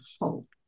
hope